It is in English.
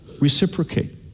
reciprocate